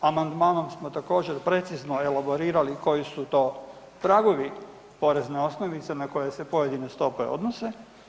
Amandmanom smo također precizno elaborirali koji su to tragovi porezne osnovice na koje se pojedine stope odnose.